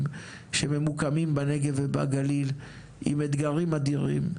שממוקמים בנגב ובגליל ומתמודדים עם אתגרים אדירים,